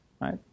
right